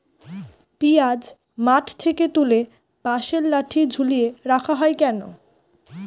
পিঁয়াজ মাঠ থেকে তুলে বাঁশের লাঠি ঝুলিয়ে রাখা হয় কেন?